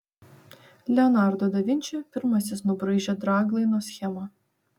leonardo da vinči pirmasis nubraižė draglaino schemą